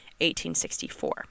1864